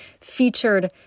featured